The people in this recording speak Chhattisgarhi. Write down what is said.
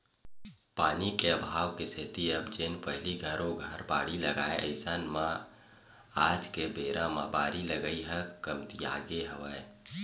पानी के अभाव के सेती अब जेन पहिली घरो घर बाड़ी लगाय अइसन म आज के बेरा म बारी लगई ह कमतियागे हवय